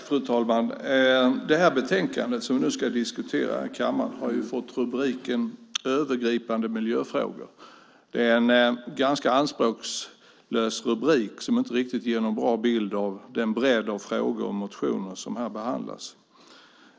Fru talman! Det betänkande som vi nu ska diskutera i kammaren har fått titeln Övergripande miljöfrågor . Det är en ganska anspråkslös titel som inte ger någon riktigt bra bild av den bredd av frågor och motioner som behandlas.